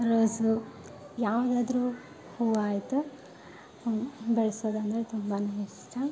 rose ಹೂವು ಯಾವುದಾದ್ರೂ ಹೂವು ಆಯಿತು ಬೆಳೆಸೋದಂದ್ರೆ ತುಂಬಾ ಇಷ್ಟ